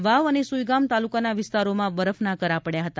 વાવ અને સુઇગામ તાલુકાના વિસ્તારોમાં બરફના કરા પડયા હતા